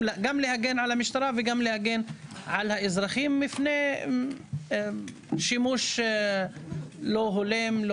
גם להגן על המשטרה וגם להגן על האזרחים מפני שימוש לא הולם.